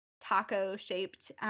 taco-shaped